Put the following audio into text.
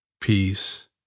peace